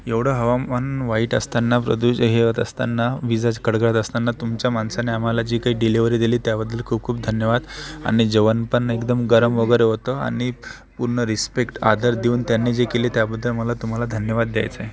एवढं हवामान वाईट असतांना प्रदू हे होत असतांना वीजा कडकडत असतांना तुमच्या माणसांनी आम्हाला जी काही डिलिव्हरी दिली त्याबद्दल खूप खूप धन्यवाद आणि जेवण पण एकदम गरम वगैरे होतं आणि पूर्ण रिस्पेक्ट आदर देऊन त्यांनी जे केले त्याबद्दल मला तुम्हाला धन्यवाद द्यायचा आहे